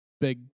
Big